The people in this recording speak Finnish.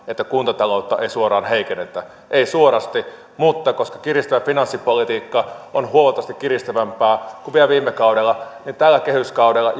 että kuntataloutta ei suoraan heikennetä ei suorasti mutta koska kiristävä finanssipolitiikka on huomattavasti kiristävämpää kuin vielä viime kaudella niin tällä kehyskaudella